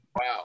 wow